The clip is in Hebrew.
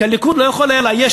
כי הליכוד לא היה יכול לאייש,